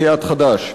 סיעת חד"ש.